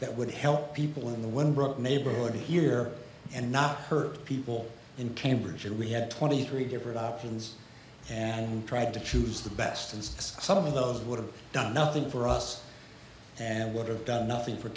that would help people in the one brought neighborhood here and not hurt people in cambridge and we had twenty three different options and tried to choose the best and some of those would have done nothing for us and water done nothing for